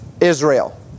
Israel